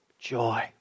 Joy